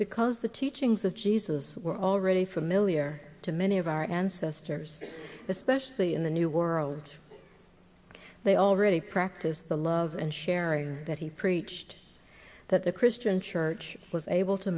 because the teachings of jesus were already familiar to many of our ancestors especially in the new world they already practice the love and sharing that he preached that the christian church was able to